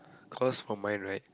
cause for mine right